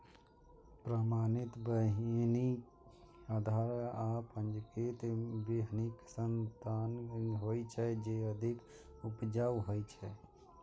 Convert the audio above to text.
प्रमाणित बीहनि आधार आ पंजीकृत बीहनिक संतान होइ छै, जे अधिक उपजाऊ होइ छै